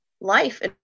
life